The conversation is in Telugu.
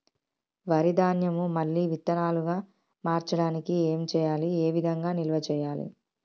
వరి ధాన్యము మళ్ళీ విత్తనాలు గా మార్చడానికి ఏం చేయాలి ఏ విధంగా నిల్వ చేయాలి?